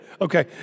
Okay